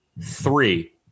three